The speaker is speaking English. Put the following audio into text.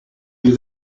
you